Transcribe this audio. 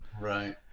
Right